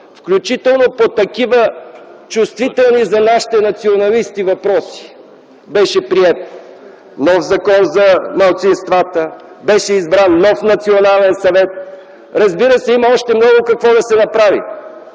включително по такива чувствителни за нашите националисти въпроси. Беше приет нов Закон за малцинствата, беше избран нов Национален съвет. Разбира се, има още много какво да се направи.